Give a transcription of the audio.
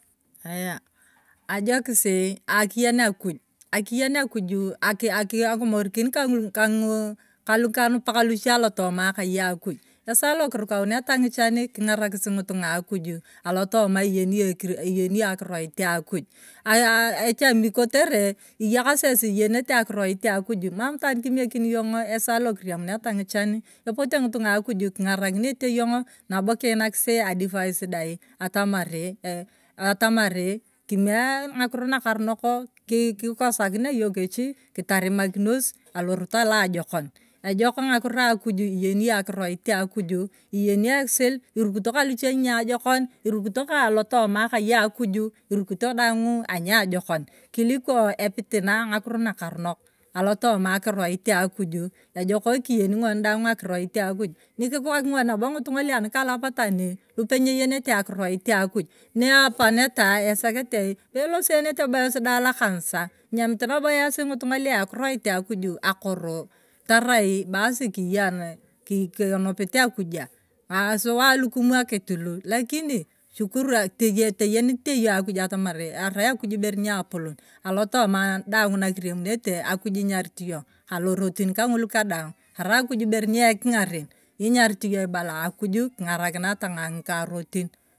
Aya ajokiji akiyen akuj, akiyen akuju akimorikin ka ng’ikanupak luchie alotoma akai akuju esa lukuruwakuneta ng’ichan king’arakis ng’itung’a akuju alotoma iyeniyong akiroi akuj echambi kotere iyakasi esi iyenete akiroit akuj, mam itaan kimekini yong’o esa lakiremuneta ng’ichan epote ng’itung’a akuju king’arakinete yong’o nabo kiinakisi advise dai atamari kimee ng’akiro, kikosakinia yong kechi kiterimakinos alorot aloajokon, ejok ng’akiro akuj iyeni yong akiroiti akuju, iyeni ekisil, irukito kaluche niajokon, irukito alotoma akai akuj kirukito daang’o aniajokon, kiliko epitina, ng’akiro nakaronok alotooma akiroit akuj ejoko kiyei ng’on daana akiroi akuj, nyikikok ng’on nabo ng’itung’a luanikalapatan lupenyeyenete akiroit akuj nieponeta esake elosenete bo esi dai lokanisa inyemit nabo esi nabo ng’itung’a luakirot akuj akoro tarai ibasi kiya kinupit akuja aa suwa lukimwekit lakini shukuru teyenete yong’o atamari arai akuj ibere ni opolon alotoma daang nakiriemunete akuj inyarit yong alorotin kang’ulu kadaana arai akuj ibere ni eking’aren inyarit yong ibala akuju king’arakinai tang’aa ng’ikang rotin.